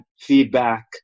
feedback